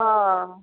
अह